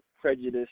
prejudice